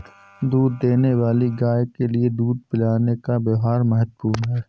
दूध देने वाली गाय के लिए दूध पिलाने का व्यव्हार महत्वपूर्ण है